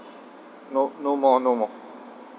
no no more no more